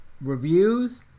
reviews